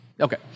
Okay